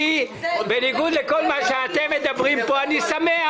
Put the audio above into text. בניגוד לכל מה שאתם מדברים פה, אני שמח: